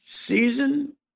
season